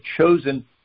chosen